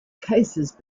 cases